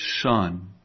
son